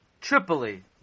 Tripoli